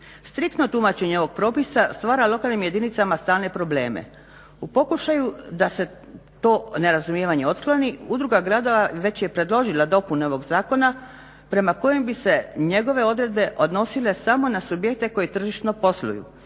Striktno tumačenje ovog propisa stvara lokalnim jedinicama stalne probleme. U pokušaju da se to nerazumijevanje otkloni udruga gradova već je predložila dopune ovog zakona prema kojim bi se njegove odredbe odnosile samo na subjekte koji tržišno posluju